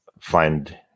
find